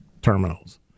terminals